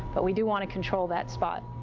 but we do want to control that spot.